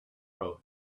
road